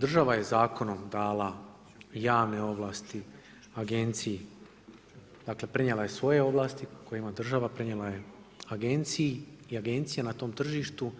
Država je Zakonom dala javne ovlasti agenciji, dakle, prenijela je svoje vlasti koje ima država, prenijela je agenciji i agencija na tom tržištu